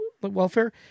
welfare